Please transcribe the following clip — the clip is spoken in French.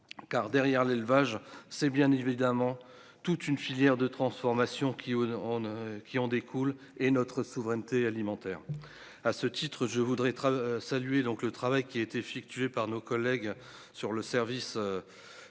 car derrière l'élevage, c'est bien évidemment toute une filière de transformation qui ont qui en découle et notre souveraineté alimentaire, à ce titre, je voudrais saluer donc le travail qui est effectué par nos collègues sur le service de